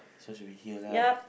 so should we hear lah